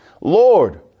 Lord